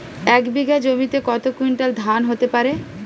এক বিঘা জমিতে কত কুইন্টাল ধান হতে পারে?